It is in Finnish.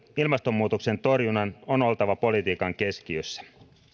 ilmastonmuutoksen torjunnan on oltava politiikan keskiössä